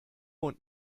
und